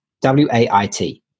W-A-I-T